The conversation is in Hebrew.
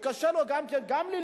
קשה לו גם ללמוד